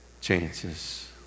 Chances